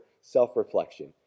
self-reflection